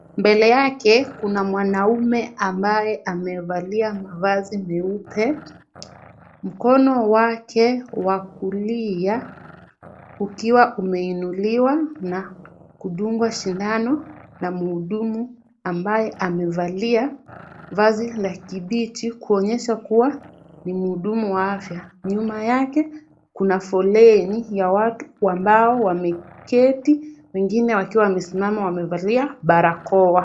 Mbele yake kuna mwanaume ambaye amevali mavazi meupe, mkono wake wa kulia ukiwa umeinuliwa na kudungwa sindano na mhudumu ambaye amevalia vazi la kibichi kuonyesha kuwa ni mhudumu wa afya. Nyuma yake kuna foleni ya watu ambao wameketi wengine wakiwa wamesimama wamevalia barakoa.